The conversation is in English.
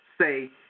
say